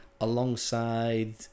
Alongside